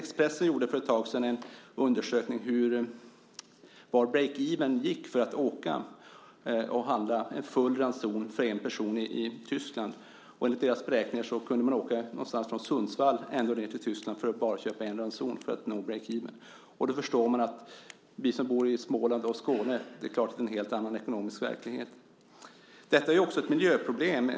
Expressen gjorde för ett tag sedan en undersökning av var break-even gick för att åka och handla en full ranson för en person i Tyskland. Enligt deras beräkningar kunde man åka någonstans från Sundsvall ända ned till Tyskland bara för att köpa en ranson. Då förstår man att vi som bor i Småland och Skåne naturligtvis har en helt annan ekonomisk verklighet. Detta är också ett miljöproblem.